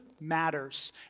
matters